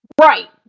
right